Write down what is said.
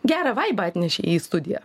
gerą vaibą atnešei į studiją